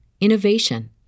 innovation